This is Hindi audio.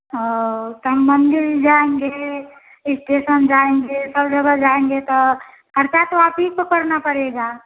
और कल मंदिर जाएंगे इस्टेसन जाएंगे सब जगह जाएंगे तो ख़र्चा तो आप ही को करना पड़ेगा